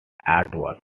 artwork